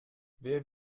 wer